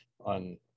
on